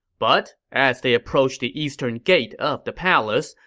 but as they approached the eastern gate of the palace,